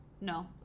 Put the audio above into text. No